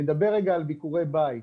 נדבר רגע על ביקורי בית,